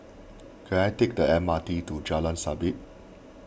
can I take the M R T to Jalan Sabit